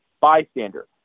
bystander